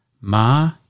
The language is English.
Ma